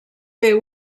fer